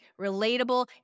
relatable